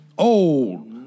Old